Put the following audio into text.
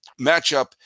matchup